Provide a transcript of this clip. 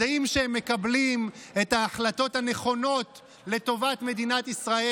יודעים שהם מקבלים את ההחלטות הנכונות לטובת מדינת ישראל.